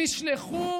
נשלחו